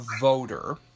voter